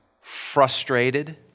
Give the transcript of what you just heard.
frustrated